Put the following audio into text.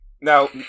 Now